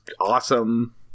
awesome